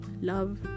love